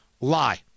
lie